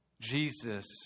Jesus